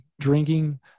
drinking